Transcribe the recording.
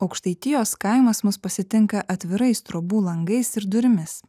aukštaitijos kaimas mus pasitinka atvirais trobų langais ir durimis